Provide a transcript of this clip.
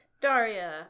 Daria